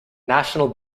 national